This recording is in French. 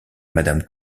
madame